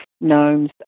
gnomes